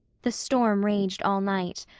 the storm raged all night,